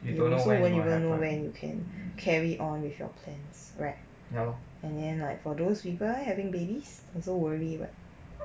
you also won't even know when you can carry on with your plans right and then like for those people having babies also worry [what]